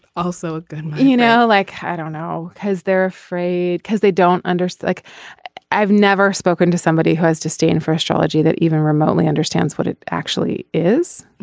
also you know like head on now has they're afraid because they don't understand. like i've never spoken to somebody who has to stay in for astrology that even remotely understands what it actually is.